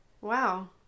Wow